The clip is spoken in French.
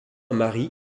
marie